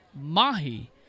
Mahi